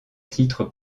titre